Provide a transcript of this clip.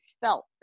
felt